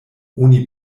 oni